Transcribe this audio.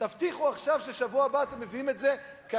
תבטיחו עכשיו שבשבוע הבא אתם מביאים את זה כהצעה